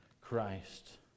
Christ